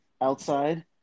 outside